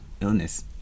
illness